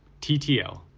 ttl.